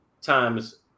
times